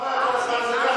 אני מצטרף גם לחצי